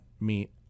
meet